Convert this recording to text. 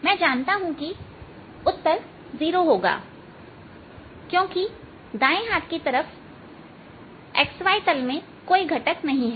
मैं जानता हूं कि उत्तर 0 होगा क्योंकि दाएं हाथ की तरफ xy तल में कोई घटक नहीं है